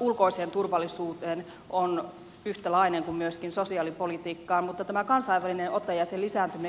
ulkoiseen turvallisuuteen on yhtäläinen kuin myöskin sosiaalipolitiikkaan mutta tämä kansainvälinen ote ja sen lisääntyminen kiinnostaa